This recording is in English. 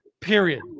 period